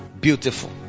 beautiful